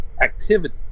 activity